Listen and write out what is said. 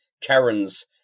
Karen's